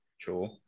True